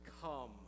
come